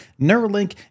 Neuralink